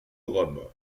rome